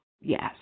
Yes